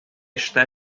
está